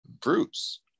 Bruce